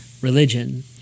religion